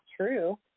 true